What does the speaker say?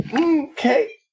Okay